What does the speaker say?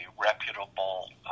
reputable